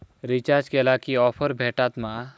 Recharge केला की offers भेटात मा?